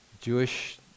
Jewish